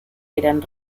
eran